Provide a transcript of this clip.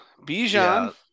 Bijan